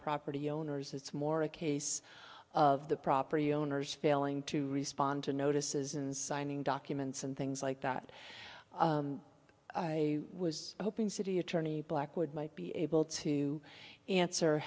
property owners it's more a case of the property owners failing to respond to notices in signing documents and things like that i was hoping city attorney blackwood might be able to answer